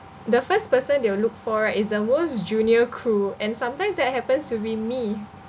the first person they will look for is the most junior crew and sometimes that happens to be me